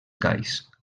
gais